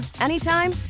anytime